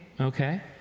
Okay